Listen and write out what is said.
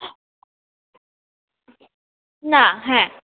না হ্যাঁ